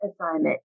assignment